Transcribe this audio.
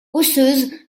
osseuse